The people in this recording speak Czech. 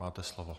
Máte slovo.